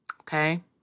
okay